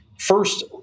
First